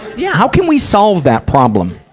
yeah. how can we solve that problem?